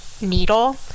needle